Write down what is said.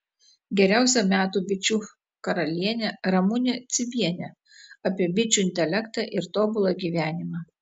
geriausia metų bičių karalienė ramunė cibienė apie bičių intelektą ir tobulą gyvenimą